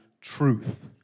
truth